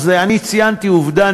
אז אני ציינתי עובדה,